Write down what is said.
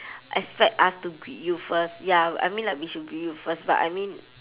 expect us to greet you first ya I mean like we should greet you first but I mean